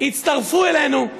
הצטרפו אלינו.